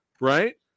right